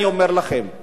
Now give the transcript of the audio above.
אני אומר לכם,